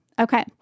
Okay